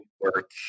work